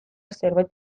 zerbait